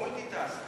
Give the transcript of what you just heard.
היום הוא multi-task.